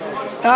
אלקטרונית.